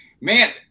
man